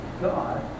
God